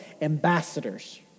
ambassadors